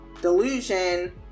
delusion